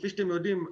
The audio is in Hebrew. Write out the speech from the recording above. כפי שאתם יודעים,